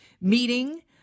meeting